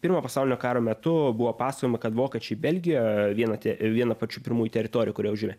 pirmo pasaulinio karo metu buvo pasakojama kad vokiečiai belgijoje vieną te vieną pačių pirmųjų teritorijų kurią užėmė